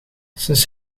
sinds